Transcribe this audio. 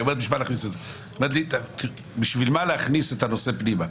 היא שואלת למה להכניס את הנושא פנימה?